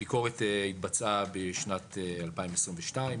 הביקורת התבצעה בשנת 2022,